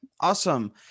Awesome